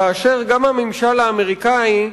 כאשר גם בממשל האמריקני,